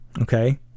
okay